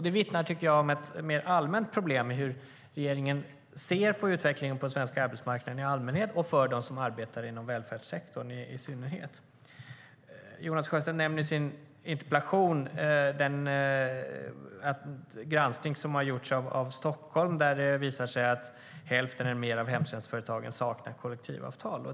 Det tycker jag vittnar om ett mer allmänt problem i hur regeringen ser på utvecklingen på den svenska arbetsmarknaden i allmänhet och utvecklingen för dem som arbetar inom välfärdssektorn i synnerhet. Jonas Sjöstedt nämner i sin interpellation en granskning som har gjorts i Stockholm, där det visar sig att hälften eller mer av hemtjänstföretagen saknar kollektivavtal.